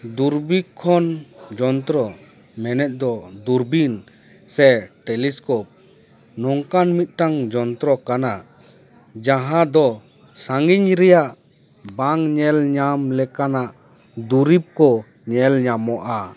ᱫᱩᱨᱵᱤᱠᱠᱷᱚᱱ ᱡᱚᱱᱛᱨᱚ ᱢᱮᱱᱮᱛ ᱫᱚ ᱫᱩᱨᱵᱤᱱ ᱥᱮ ᱴᱮᱞᱤᱥᱠᱳᱯ ᱱᱚᱝᱠᱟᱱ ᱢᱤᱫᱴᱟᱝ ᱡᱚᱱᱛᱨᱚ ᱠᱟᱱᱟ ᱡᱟᱦᱟᱸᱫᱚ ᱥᱟᱺᱜᱤᱧ ᱨᱮᱭᱟᱜ ᱵᱟᱝ ᱧᱮᱞ ᱧᱟᱢ ᱞᱮᱠᱟᱱᱟᱜ ᱫᱩᱨᱤᱵᱽ ᱠᱚ ᱧᱮᱞ ᱧᱟᱢᱚᱜᱼᱟ